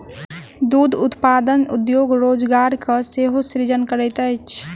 दूध उत्पादन उद्योग रोजगारक सेहो सृजन करैत अछि